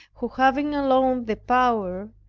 who having alone the power,